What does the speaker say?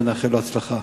ונאחל לו הצלחה.